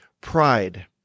pride